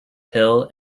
hill